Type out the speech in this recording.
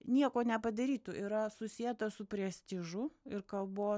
nieko nepadarytų yra susieta su prestižu ir kalbos